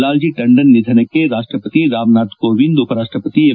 ಲಾಲ್ಜಿ ಟಂಡನ್ ನಿಧನಕ್ಕೆ ರಾಷ್ಲಪತಿ ರಾಮನಾಥ್ ಕೋವಿಂದ್ ಉಪರಾಷ್ಷಪತಿ ಎಂ